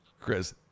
Chris